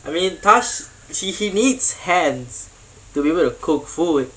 I mean 它 he he needs hands to be able to cook food